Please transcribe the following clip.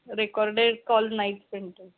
recorded call night center